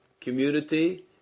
community